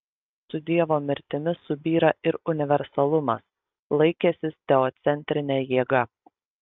su dievo mirtimi subyra ir universalumas laikęsis teocentrine jėga